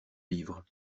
livres